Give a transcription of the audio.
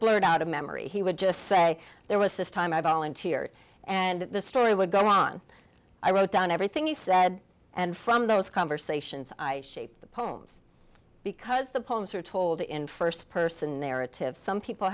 it out of memory he would just say there was this time i volunteered and the story would go on i wrote down everything he said and from those conversations i shaped the poems because the poems are told in first person narrative some people